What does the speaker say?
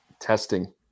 testing